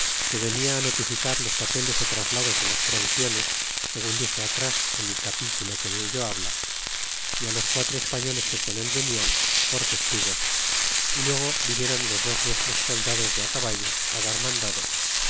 que venia notificar los papeles fi traslados de las provisiones segun dixe atras en el capítulo que dello habla e los quatro españoles que con el venian por testigos y luego vinieron los dos nuestros soldados de acaballo dar mandado